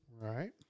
right